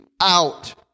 out